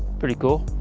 pretty cool.